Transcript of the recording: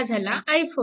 हा झाला i4